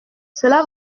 cela